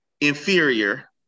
inferior